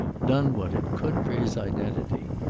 done what it could for his identity.